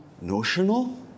notional